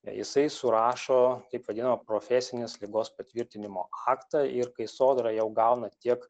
jisai surašo taip vadiną profesinės ligos patvirtinimo aktą ir kai sodra jau gauna tiek